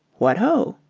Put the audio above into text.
what ho!